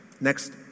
next